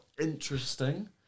interesting